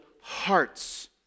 hearts